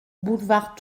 boulevard